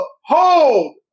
Hold